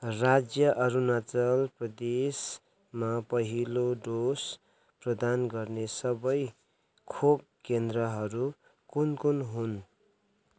राज्य अरुणाचल प्रदेशमा पहिलो डोज प्रदान गर्ने सबै खोप केन्द्रहरू कुन कुन हुन्